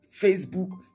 Facebook